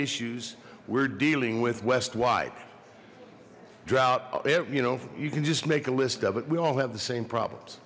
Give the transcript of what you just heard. issues we're dealing with west wide drought you know you can just make a list of it we all have the same problems